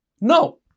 No